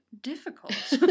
difficult